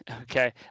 okay